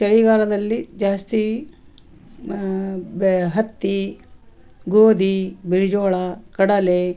ಚಳಿಗಾಲದಲ್ಲಿ ಜಾಸ್ತಿ ಮ ಬೆ ಹತ್ತಿ ಗೋಧಿ ಬಿಳಿಜೋಳ ಕಡಲೆ